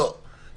לא, לא.